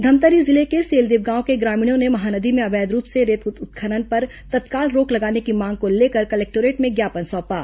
धमतरी जिले के सेलदीप गांव के ग्रामीणों ने महानदी में अवैध रूप से रेत उत्खनन पर तत्काल रोक लगाने की मांग को लेकर कलेक्टोरेट में ज्ञापन सौंपा